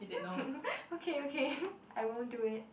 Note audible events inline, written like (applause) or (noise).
(laughs) okay okay I will do it